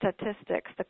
statistics